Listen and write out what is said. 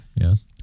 Yes